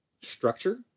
structure